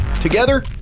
Together